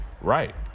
right